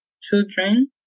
children